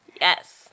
Yes